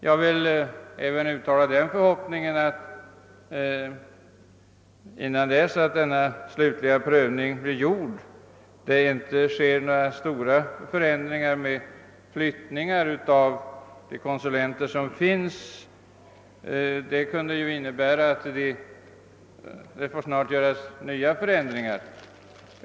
Jag vill också uttala den förhoppningen att innan denna slutliga prövning är gjord det inte skall göras några större förändringar i form av flyttningar av de konsulenter som finns, eftersom detta kunde medföra ytterligare förändringar.